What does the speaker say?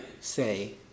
say